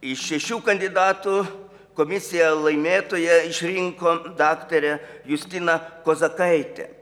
iš šešių kandidatų komisija laimėtoja išrinko daktarę justiną kozakaitę